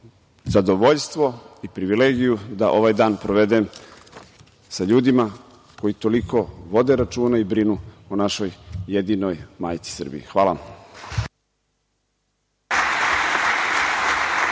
zadovoljstvo i privilegiju da ovaj dan provedem sa ljudima koji toliko vode računa i brinu o našoj jedinoj majci Srbiji. Hvala